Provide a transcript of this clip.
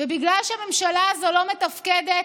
בגלל שהממשלה הזאת לא מתפקדת,